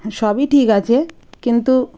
হ্যাঁ সবই ঠিক আছে কিন্তু